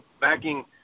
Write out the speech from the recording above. backing